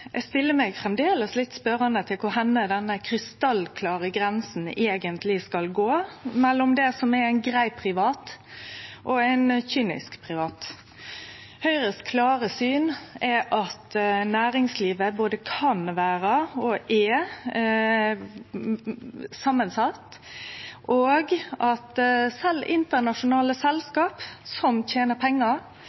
Eg stiller meg framleis litt spørjande til kvar denne krystallklare grensa eigentleg skal gå – mellom det som er ei grei privat, og ei kynisk privat. Høgres klare syn er at næringslivet både kan vere – og er – samansett, og at sjølv internasjonale selskap som tener pengar,